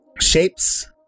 shapes